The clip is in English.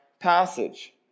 passage